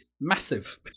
massive